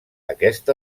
aquest